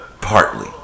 Partly